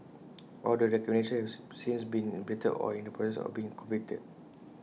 all the recommendations since been implemented or in the process of being completed